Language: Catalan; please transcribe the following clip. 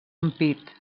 ampit